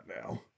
now